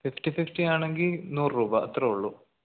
fifty fifty ആണെങ്കിൽ നൂറ് രൂപ അത്രേ ഉള്ളൂ